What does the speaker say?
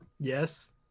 Yes